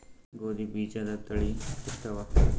ಗೋಧಿ ಬೀಜುದ ತಳಿ ಎಷ್ಟವ?